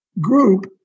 group